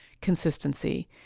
consistency